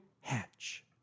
hatch